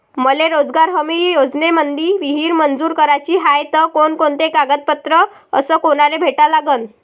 मले रोजगार हमी योजनेमंदी विहीर मंजूर कराची हाये त कोनकोनते कागदपत्र अस कोनाले भेटा लागन?